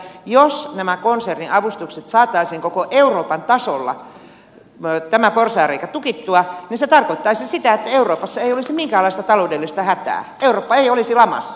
jos näitten konserniavustusten osalta saataisiin koko euroopan tasolla tämä porsaanreikä tukittua niin se tarkoittaisi sitä että euroopassa ei olisi minkäänlaista taloudellista hätää eurooppa ei olisi lamassa